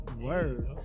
word